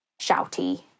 shouty